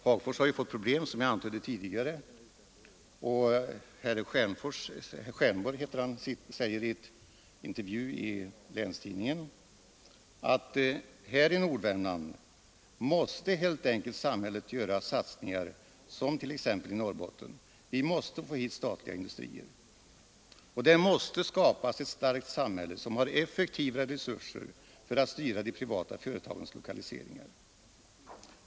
Hagfors har ju, som jag antydde tidigare, fått problem, och herr Stjernborg, som han heter, säger i en intervju i länstidningen: ”Här i Nordvärmland måste helt enkelt samhället göra satsningar som till exempel i Norrbotten. Vi måste få hit statliga industrier.” Han säger också att det måste skapas ett starkt samhälle som har effektiva resurser för att styra de privata företagens lokaliseringar.